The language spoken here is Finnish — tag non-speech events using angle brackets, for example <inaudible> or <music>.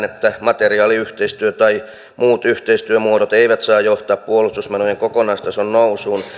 <unintelligible> että materiaaliyhteistyö tai muut yhteistyömuodot eivät saa johtaa puolustusmenojen kokonaistason nousuun